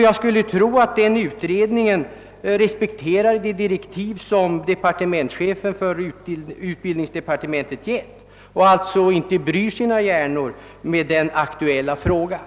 Jag skulle tro att denna utredning respekterar de direktiv som chefen för utbildningsdepartementet givit och att man av den anledningen inte bryr sina hjärnor med den aktuella frågan.